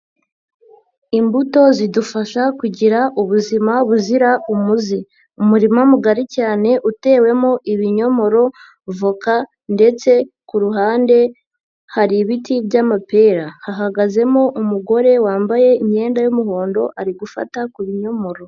Imbuto zidufasha kugira ubuzima buzira umuze, umurima mugari cyane utewemo ibinyomoro, voka ndetse ku ruhande hari ibiti by'amapera, hahagazemo umugore wambaye imyenda y'umuhondo ari gufata ku binyomoro.